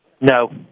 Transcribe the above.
No